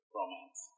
romance